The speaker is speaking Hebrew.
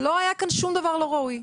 לא היה כאן שום דבר לא ראוי.